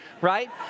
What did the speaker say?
Right